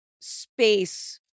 space